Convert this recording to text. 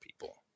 people